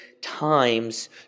times